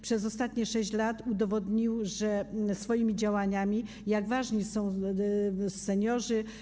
Przez ostatnie 6 lat udowodnił swoimi działaniami, jak ważni są seniorzy.